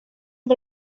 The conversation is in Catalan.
amb